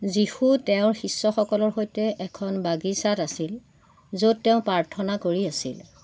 যীশু তেওঁৰ শিষ্যসকলৰ সৈতে এখন বাগিচাত আছিল য'ত তেওঁ প্ৰাৰ্থনা কৰি আছিল